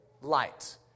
Light